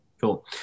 Cool